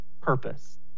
purpose